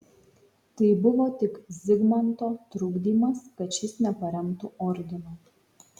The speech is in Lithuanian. tai buvo tik zigmanto trukdymas kad šis neparemtų ordino